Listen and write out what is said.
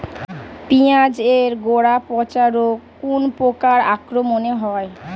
পিঁয়াজ এর গড়া পচা রোগ কোন পোকার আক্রমনে হয়?